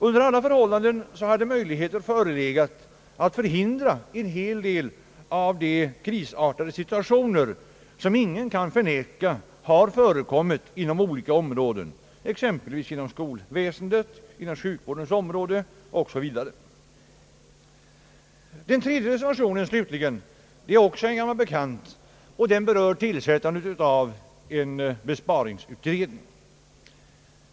Under alla förhållanden hade möjligheter förelegat att förhindra en hel del av de krisartade situationer som ingen kan förneka har förekommit inom olika områden, exempel vis inom skolväsendet och inom sjukvårdens område. Den tredje reservationen slutligen är också en gammal bekant, och den berör tillsättandet av en besparingsutredning.